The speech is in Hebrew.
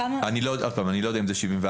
אני לא יודע אם 74,